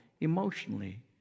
emotionally